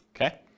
Okay